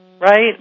right